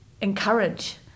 encourage